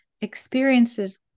experiences